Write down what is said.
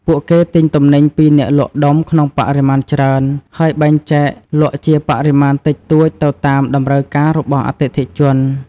ពួកគេទិញទំនិញពីអ្នកលក់ដុំក្នុងបរិមាណច្រើន ហើយបែងចែកលក់ជាបរិមាណតិចតួចទៅតាមតម្រូវការរបស់អតិថិជន។